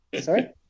Sorry